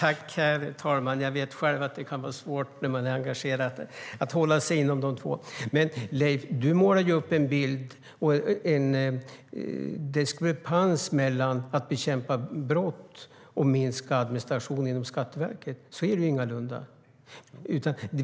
STYLEREF Kantrubrik \* MERGEFORMAT Skatt, tull och exekutionHerr talman! Leif, du målar upp en bild av att det finns en diskrepans mellan att bekämpa brott och att minska administrationen inom Skatteverket. Så är det ingalunda.